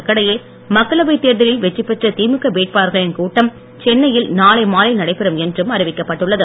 இதற்கிடையே மக்களவைத் தேர்தலில் வெற்றிபெற்ற திமுக வேட்பாளர்களின் கூட்டம் சென்னையில் நாளை மாலை நடைபெறும் என்றும் அறிவிக்கப்பட்டுள்ளது